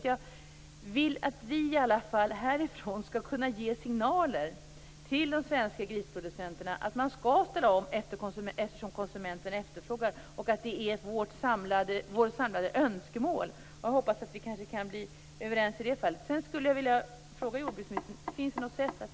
Jag vill att vi härifrån i alla fall skall kunna ge signaler till de svenska grisproducenterna att man skall ställa om, eftersom konsumenterna efterfrågar detta, och att det är vårt samlade önskemål. Jag hoppas att vi kanske kan bli överens i det fallet.